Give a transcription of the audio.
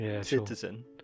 citizen